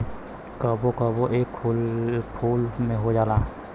कबो कबो इ एके फूल में हो जाला